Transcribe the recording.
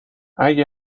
اگه